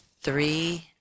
three